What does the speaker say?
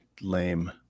lame